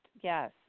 Yes